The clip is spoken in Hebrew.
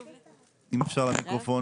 בבקשה.